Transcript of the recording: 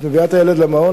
את מביאה את הילד למעון,